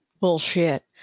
Bullshit